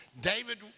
David